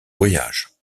voyages